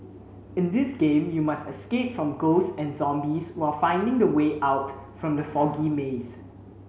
in this game you must escape from ghosts and zombies while finding the way out from the foggy maze